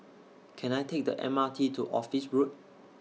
Can I Take The M R T to Office Road